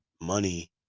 money